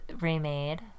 remade